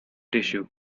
tissue